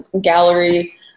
gallery